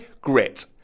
grit